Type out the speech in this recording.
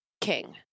King